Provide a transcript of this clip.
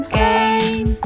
game